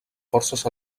forces